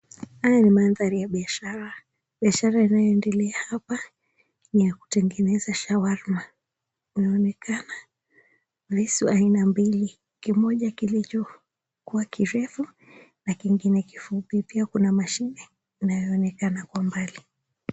Haya ni mandhari ya biashara. Biashara inayoendeshwa hapa ni ya kutengeneza shawarma. Unaonekana visu aina mbili, kimoja kilichokuwa kirefu na kingine kifupi. Pia kuna mashine inayoonekana kwa mbali.